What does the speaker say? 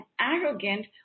arrogant